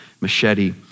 machete